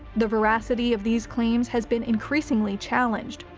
the veracity of these claims has been increasingly challenged,